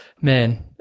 man